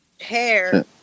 hair